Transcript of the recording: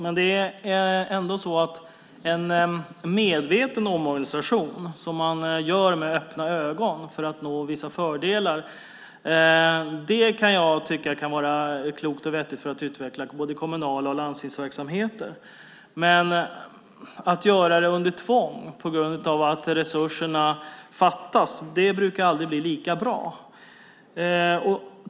Fru talman! En medveten omorganisation som man gör med öppna ögon för att nå vissa fördelar kan jag tycka vara vettigt för att utveckla kommunal och landstingsverksamheter. Men att man gör det under tvång på grund av att resurserna fattas brukar aldrig bli lika bra.